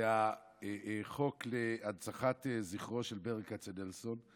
זה החוק להנצחת זכרו של ברל כצנלסון,